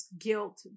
guilt